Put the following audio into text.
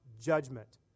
judgment